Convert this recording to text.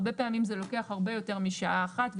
הרבה פעמים זה לוקח הרבה יותר משעה אחת.